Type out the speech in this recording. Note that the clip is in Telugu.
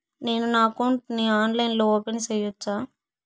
నేను నా అకౌంట్ ని ఆన్లైన్ లో ఓపెన్ సేయొచ్చా?